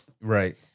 Right